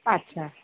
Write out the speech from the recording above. ᱟᱪᱪᱷᱟ